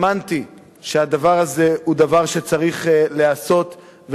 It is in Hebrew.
האמנתי שהדבר הזה צריך להיעשות,